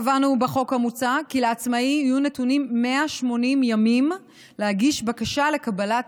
קבענו בחוק המוצע כי לעצמאי יהיו נתונים 180 ימים להגיש בקשה לקבלת